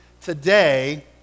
today